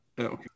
Okay